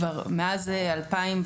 מאז 2018,